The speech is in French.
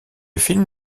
film